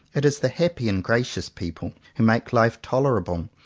it is the happy and gracious people who make life tolerable,